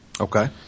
Okay